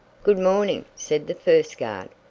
good morning! said the first guard,